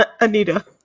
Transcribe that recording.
Anita